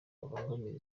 abangamira